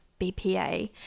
BPA